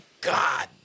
god